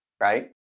right